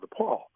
DePaul